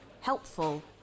helpful